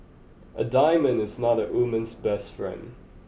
a diamond is not a woman's best friend